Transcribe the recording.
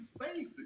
faith